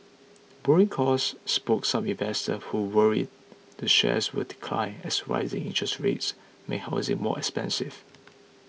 borrowing costs spooked some investors who worry the shares will decline as rising interest rates make housing more expensive